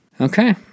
okay